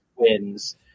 wins